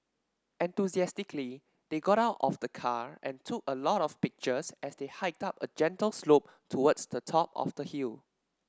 enthusiastically they got out of the car and took a lot of pictures as they hiked up a gentle slope towards the top of the hill